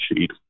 sheet